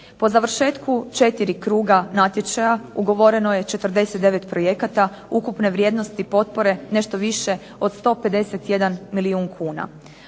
Po završetku 4 kruga natječaja ugovoreno je 49 projekata ukupne vrijednosti potpore nešto više od 151 milijun kuna.